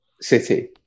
City